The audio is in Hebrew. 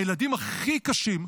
הילדים הכי קשים,